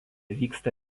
vyksta